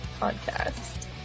podcast